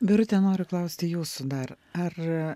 birute noriu klausti jūsų dar ar